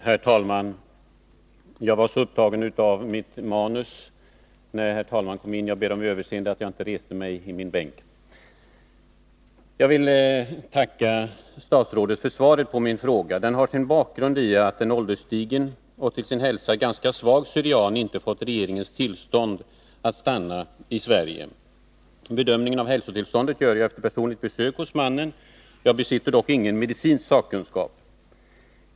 Herr talman! Jag ber om överseende med att jag var så upptagen med mitt manus att jag inte reste mig när talmannen kom in i plenisalen. Jag vill tacka statsrådet för svaret. Min fråga har sin bakgrund i att en ålderstigen och till sin hälsa ganska svag syrian inte fått regeringens tillstånd att stanna i Sverige. Bedömningen av hälsotillståndet gör jag efter personligt besök hos mannen. Jag besitter dock ingen medicinsk sakkunskap.